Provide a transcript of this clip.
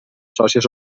sòcies